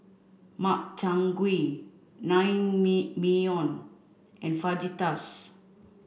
Makchang Gui Naengmyeon and Fajitas